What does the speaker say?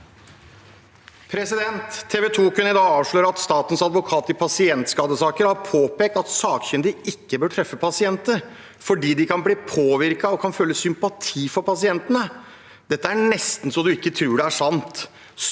TV 2 kunne i dag avsløre at statens advokat i pasientskadesaker har påpekt at sakkyndige ikke bør treffe pasienter, fordi de kan bli påvirket og føle sympati for pasientene. Det er nesten så man ikke tror det er sant.